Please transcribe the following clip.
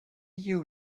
you